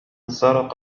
سرق